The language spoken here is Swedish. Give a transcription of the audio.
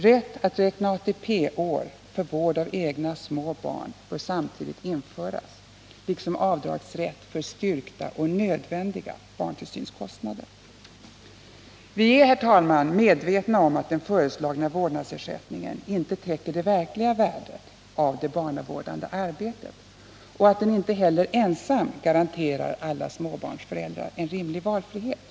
Rätt att räkna ATP-år för vård av egna små barn bör samtidigt införas liksom avdragsrätt för styrkta och nödvändiga barntillsynskostnader. Vi är, herr talman, medvetna om att den föreslagna vårdnadsersättningen inte täcker det verkliga värdet av det barnavårdande arbetet och att den inte heller ensam garanterar alla småbarnsföräldrar en rimlig valfrihet.